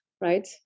right